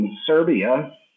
Serbia